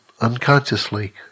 unconsciously